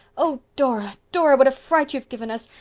oh, dora, dora, what a fright you have given us!